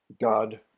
God